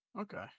okay